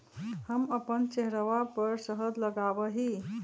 हम अपन चेहरवा पर शहद लगावा ही